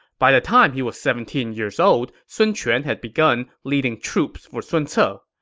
by the time he was seventeen years old, sun quan had begun leading troops for sun ce. ah